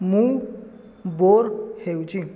ମୁଁ ବୋର୍ ହେଉଛି